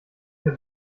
herr